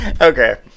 Okay